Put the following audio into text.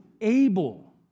able